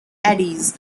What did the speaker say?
eddies